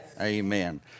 Amen